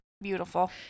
beautiful